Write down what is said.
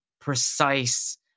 precise